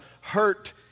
hurt